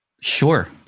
Sure